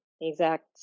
exact